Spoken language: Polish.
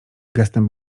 gestem